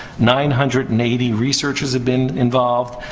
nine hundred and eighty researchers have been involved.